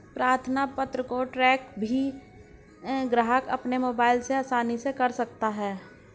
प्रार्थना पत्र को ट्रैक भी ग्राहक अपने मोबाइल से आसानी से कर सकता है